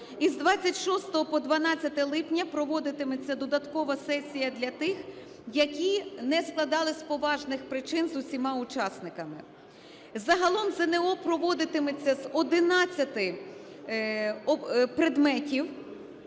Із 26-го по 12 липня проводитиметься додаткова сесія для тих, які не складали з поважних причин з усіма учасниками. Загалом ЗНО проводитиметься з 11 предметів,